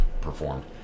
performed